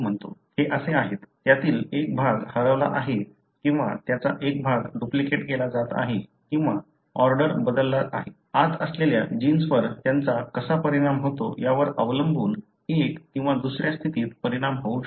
हे असे आहेत त्यातील एक भाग हरवला आहे किंवा त्याचा एक भाग डुप्लिकेट केला जात आहे किंवा ऑर्डर बदलला आहे आत असलेल्या जिन्सवर त्यांचा कसा परिणाम होतो यावर अवलंबून एक किंवा दुसऱ्या स्थितीत परिणाम होऊ शकतो